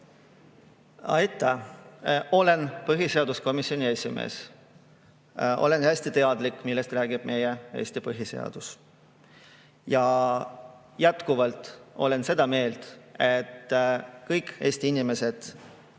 Aitäh! Ma olen põhiseaduskomisjoni esimees. Olen hästi teadlik, millest räägib meie Eesti põhiseadus. Ja jätkuvalt olen seda meelt, et kõik Eesti inimesed